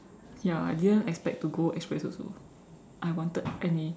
ya I didn't expect to go express also I wanted N_A